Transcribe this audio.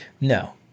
No